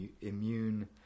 immune